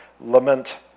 Lament